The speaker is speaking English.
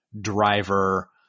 driver